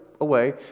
away